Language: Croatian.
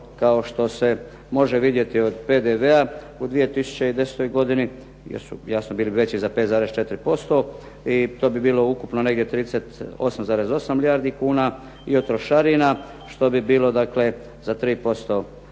kao što se može vidjeti od PDV-a u 2010. godini jer su jasno bili veći za 5,4% i to bi bilo ukupno negdje 38,8 milijardi kuna i od trošarina što bi bilo dakle za 3%